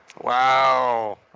Wow